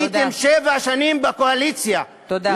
הייתם שבע שנים בקואליציה, תודה.